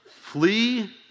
flee